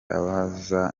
amubaza